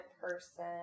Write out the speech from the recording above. person